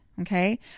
Okay